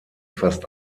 fast